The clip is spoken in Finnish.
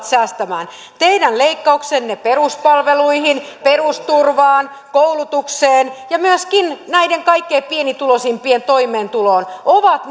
säästämään teidän leikkauksenne peruspalveluihin perusturvaan koulutukseen ja myöskin kaikkein pienituloisimpien toimeentuloon ovat